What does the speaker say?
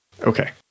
Okay